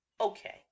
Okay